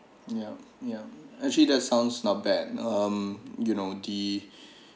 ya ya actually that sounds not bad um you know the